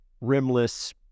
rimless